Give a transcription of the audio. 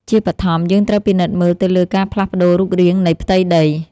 ជាបឋម យើងត្រូវពិនិត្យមើលទៅលើការផ្លាស់ប្តូររូបរាងនៃផ្ទៃដី។